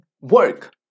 work